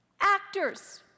Actors